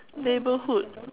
neighborhood